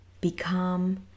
become